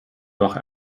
doch